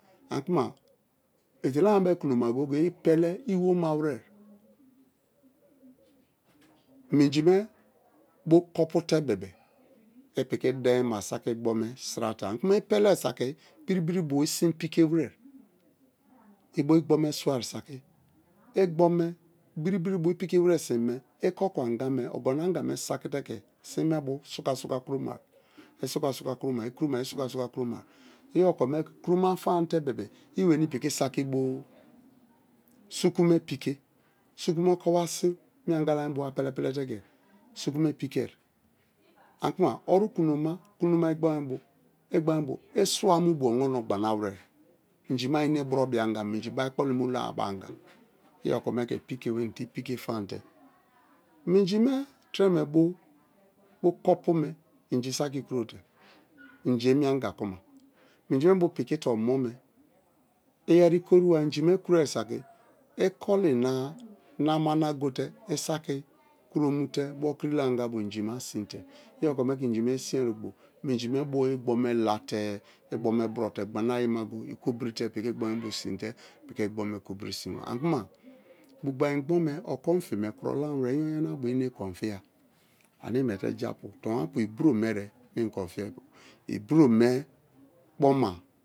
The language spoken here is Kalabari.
Ani kuma etela me bo kuno goye-goye i pele iwomawere. Minji me bo kopu te bebe-e i piki saki dien ma igbome sira te ani kuma i pelari saki biri-biri bio i si̱n pike were i bo igbome swai saki igbome biri-biri bio i piki. Si̱n me i̱ co̱ck anga me ogono anga me saki te ke sin me bio suka-suka kromaba i suka-suka kromai i kromai i suka suka komai i okome kromafamate bebe-e i weni piki saki bo̱ suku me̱ pike, suku me okowa sin me angala me pike ani kuma oru ku̱noma igbo me bo i̱ swa mu kuno ma lawere inji ma bai̱ me ine brobia anga minji bai kpoli mu la-a bo anga. i okome ke piki weni te i pike famate minji treme bo, bokopume inji saki krote inji kuma minji me bo piki te omeme iyeri koruwa inji me kroi saki ikoli na nama na go te i̱ saki kromute bo̱ kirila anga bo inji ma si̱n te iyokome ke inji me sin ogbo minji bo igbome la̱te̱ igbome brote gbana ayima i kobirite piki igbo me bio sin te piki igbome kobiri sinba ani kuma bu gbain igbome o kon fi me kuro lama were iyonyana-abo i nate kon fiya ane miete japu fonwapu ibro me e̱re̱ ane i kon fi̱ori̱ ibro me ere kpo ma.